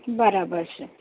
બરાબર છે